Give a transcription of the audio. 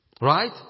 Right